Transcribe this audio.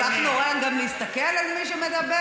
למה, כל כך נורא גם להסתכל על מי שמדבר?